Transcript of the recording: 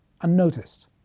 unnoticed